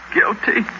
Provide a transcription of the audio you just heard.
Guilty